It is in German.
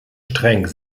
streng